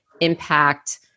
impact